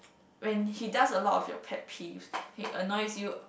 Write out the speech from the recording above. when he does a lot of your pet peeves he annoys you